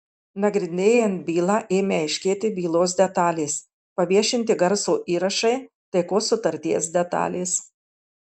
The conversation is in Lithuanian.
nagrinėjant bylą ėmė aiškėti bylos detalės paviešinti garso įrašai taikos sutarties detalės